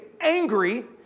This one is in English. angry